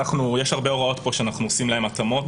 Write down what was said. יש פה הרבה הוראות שאנחנו עושים להן התאמות